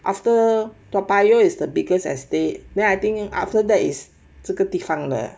after toa payoh is the biggest estate then I think after that is 这个地方了